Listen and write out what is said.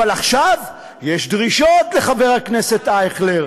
אבל עכשיו יש דרישות, לחבר הכנסת אייכלר,